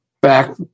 back